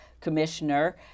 commissioner